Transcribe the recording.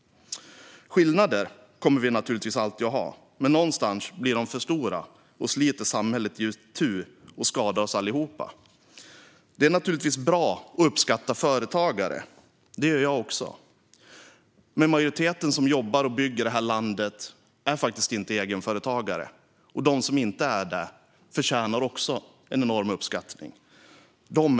Skillnader kommer vi givetvis alltid att ha, men någonstans blir de för stora och sliter samhället itu och skadar oss allihop. Det är givetvis bra att uppskatta företagare; det gör jag också. Men majoriteten av dem som jobbar och bygger vårt samhälle är inte egenföretagare, och dessa förtjänar också en enorm uppskattning.